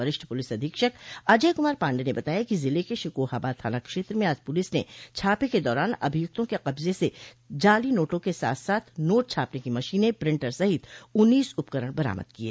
वरिष्ठ पुलिस अधीक्षक अजय कुमार पांडेय ने बताया कि जिले के शिकोहाबाद थाना क्षेत्र में आज पुलिस ने छापे के दौरान अभियुक्तों के कब्जे से जाली नोटों के साथ साथ नोट छापने की मशीनें प्रिंटर सहित उन्नीस उपकरण बरामद किये